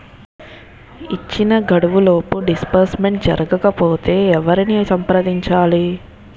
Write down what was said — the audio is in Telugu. ఇచ్చిన గడువులోపు డిస్బర్స్మెంట్ జరగకపోతే ఎవరిని సంప్రదించాలి?